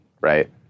right